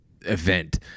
event